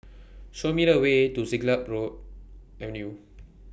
Show Me The Way to Siglap Road Avenue